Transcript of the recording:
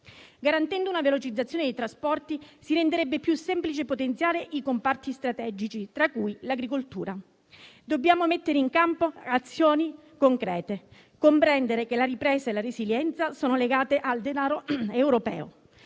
Garantendo una velocizzazione dei trasporti, si renderebbe più semplice potenziare i comparti strategici, tra cui l'agricoltura. Dobbiamo mettere in campo azioni concrete, comprendere che la ripresa e la resilienza sono legate al denaro europeo.